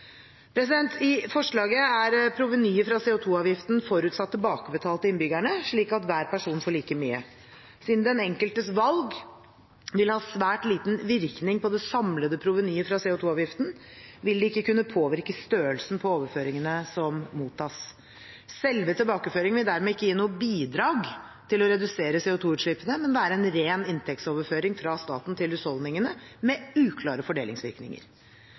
I forslaget er provenyet fra CO 2 -avgiften forutsatt tilbakebetalt til innbyggerne, slik at hver person får like mye. Siden den enkeltes valg vil ha svært liten virkning på det samlede provenyet fra CO 2 -avgiften, vil det ikke kunne påvirke størrelsen på overføringene som mottas. Selve tilbakeføringen vil dermed ikke gi noe bidrag til å redusere CO 2 -utslippene, men være en ren inntektsoverføring fra staten til husholdningene, med uklare fordelingsvirkninger.